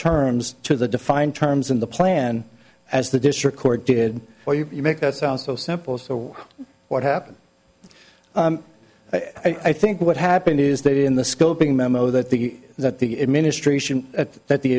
terms to the defined terms in the plan as the district court did or you make that sound so simple so what happened i think what happened is that in the scoping memo that the that the administration that the